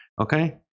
Okay